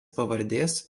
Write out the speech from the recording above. pavardės